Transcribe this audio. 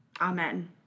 Amen